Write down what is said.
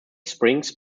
springs